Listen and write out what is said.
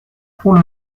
pour